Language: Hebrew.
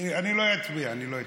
אני לא אצביע, אני לא אתנגד.